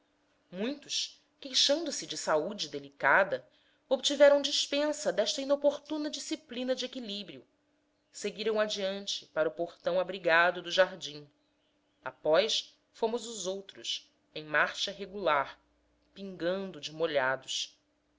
pôde muitos queixando-se de saúde delicada obtiveram dispensa desta inoportuna disciplina de equilíbrio seguiram adiante para o portão abrigado do jardim após fomos os outros em marcha regular pingando de molhados